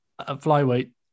flyweight